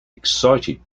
excited